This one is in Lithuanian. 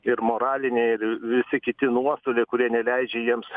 ir moraliniai ir visi kiti nuostoliai kurie neleidžia jiems